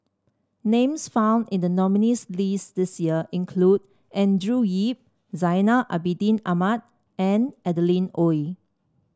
names found in the nominees' list this year include Andrew Yip Zainal Abidin Ahmad and Adeline Ooi